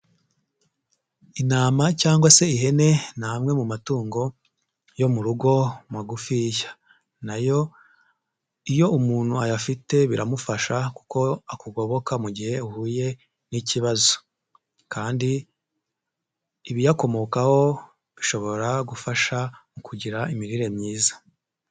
Intama cyangwa se ihene, ni amwe mu matungo yo mu rugo magufiya, nayo iyo umuntu ayafite biramufasha kuko akugoboka mu gihe uhuye n'ikibazo kandi ibiyakomokaho, bishobora gufasha, kugira imirire myiza.